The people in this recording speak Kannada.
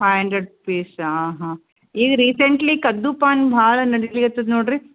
ಫೈ ಹಂಡ್ರೆಡ್ ಪೀಸಾ ಹಾಂ ಈಗ ರೀಸೆಂಟ್ಲಿ ಕದ್ದು ಪಾನ್ ಭಾಳ ನಡಿಲಿಕತ್ತದ ನೋಡಿರಿ